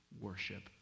worship